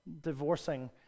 divorcing